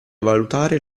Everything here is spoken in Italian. valutare